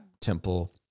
temple